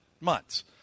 months